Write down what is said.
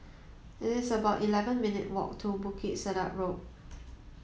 it is about eleven minutes' walk to Bukit Sedap Road